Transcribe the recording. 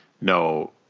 no